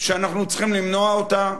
שאנחנו צריכים למנוע אותה.